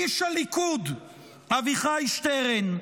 איש הליכוד אביחי שטרן: